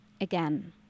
again